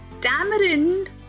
tamarind